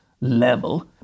level